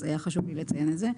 היה חשוב לי לציין את זה.